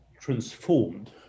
transformed